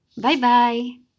Bye-bye